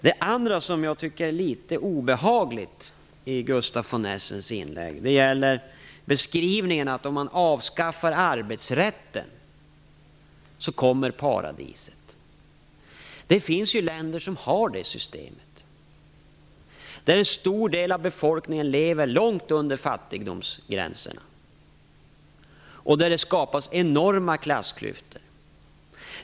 Det andra, som jag tycker är litet obehagligt, i Gustaf von Essens inlägg gäller beskrivningen att om man avskaffar arbetsrätten så kommer paradiset. Det finns länder som har det systemet, men där en stor del av befolkningen lever långt under fattigdomsgränserna och där det skapas enorma klassklyftor.